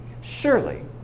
Surely